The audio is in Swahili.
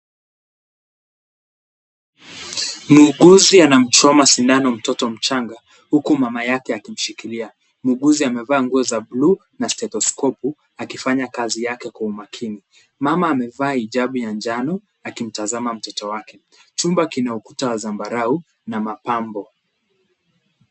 Muuguzi anamchoma sindano mtoto mchanga huku mama yake akimshikilia. Muuguzi amevaa nguo za buluu na stetoskopu akifanya kazi yake kwa umakini. Mama amevaa hijabu ya njano akimtazama mtoto wake. Chumba kina ukuta wa zambarao na mapambo.